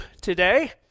today